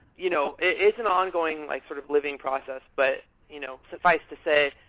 you know it's an ongoing like sort of living process, but you know suffice to say,